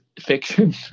fiction